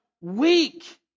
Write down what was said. weak